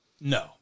No